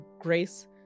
Grace